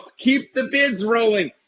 keep the bids rolling.